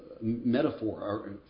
metaphor